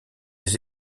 les